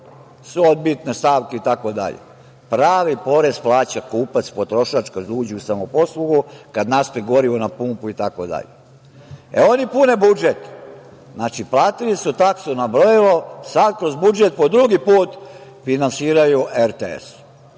su odbitne stavke itd. Pravi kupac plaća kupac, potrošač kada uđe u samoposlugu, kada naspe gorivo na pumpu itd. Oni pune budžet. Znači, platili su taksu na brojilo. Sada kroz budžet po drugi put finansiraju RTS.